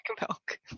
milk